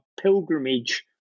pilgrimage